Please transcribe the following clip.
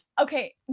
okay